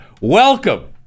Welcome